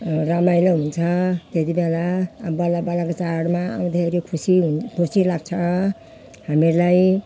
रमाइलो हुन्छ त्यति बेला बल्ल बल्लको चाडमा उनीहरू खुसी खुसी लाग्छ हामीहरूलाई